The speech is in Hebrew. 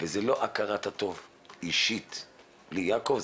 זה לא הכרת הטוב אישית ליעקב,